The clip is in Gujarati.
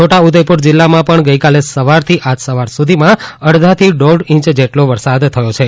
છોટાઉદેપુર જિલ્લામાં પણ ગઇકાલે સવારથી આજ સવાર સુધીમાં અર્ધાથી દોઢ ઇંચ જેટલો વરસાદ થયો છે